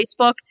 Facebook